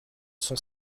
sont